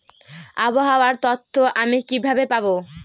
আবহাওয়ার তথ্য আমি কিভাবে পাবো?